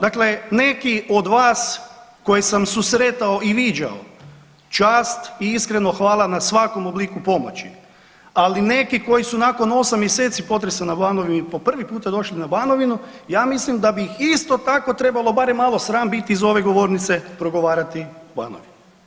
Dakle, neki od vas koje sam susretao i viđao, čast i iskreno hvala na svakom obliku pomoći, ali neki koji su nakon 8 mjeseci potresa na Banovini po prvi puta došli na Banovini ja mislim da bi ih isto tako trebalo barem malo sram biti iza ove govornice progovarati o Banovini.